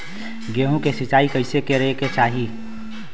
गेहूँ के सिंचाई कइसे करे के चाही?